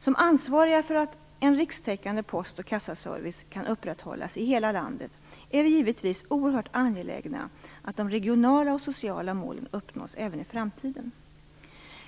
Som ansvariga för att en rikstäckande post och kassaservice kan upprätthållas i hela landet är vi givetvis oerhört angelägna att de regionala och sociala målen uppnås även i framtiden.